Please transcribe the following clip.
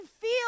feel